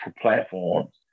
platforms